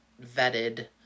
vetted